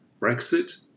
Brexit